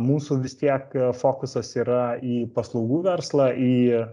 mūsų vis tiek fokusas yra į paslaugų verslą į